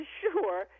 sure